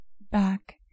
back